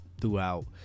Throughout